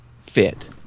fit